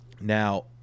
Now